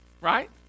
right